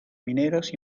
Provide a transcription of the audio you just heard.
mineros